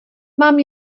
mám